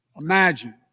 Imagine